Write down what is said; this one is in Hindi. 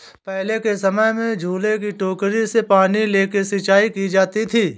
पहले के समय में झूले की टोकरी से पानी लेके सिंचाई करी जाती थी